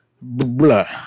Blah